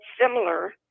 similar